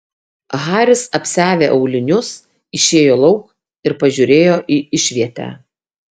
haris apsiavė aulinius išėjo lauk ir pažiūrėjo į išvietę